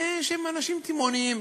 שהם אנשים תימהוניים.